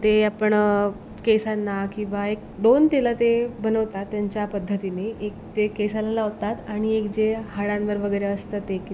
ते आपण केसांना किंवा एक दोन तेलं ते बनवतात त्यांच्या पद्धतीने एक ते केसाला लावतात आणि एक जे हाडांवर वगैरे असतं ते की